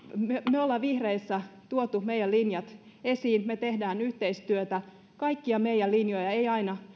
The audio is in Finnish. me olemme vihreissä tuoneet meidän linjamme esiin me teemme yhteistyötä mutta kaikkia meidän linjojamme ei aina